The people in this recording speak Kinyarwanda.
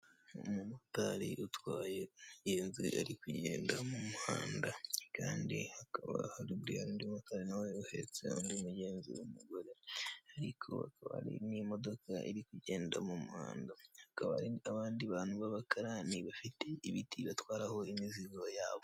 Umumotari utwaye iyo nzu yari kugenda mu muhanda kandi hakaba hari undimotari nawe uhetse undi mugenzi w'umugore ariko akaba ari n'imodoka iri kugenda mu muhanda akabari abandi bantu b'abakarani bafite ibiti batwararaho imizizo yabo.